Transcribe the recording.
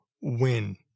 win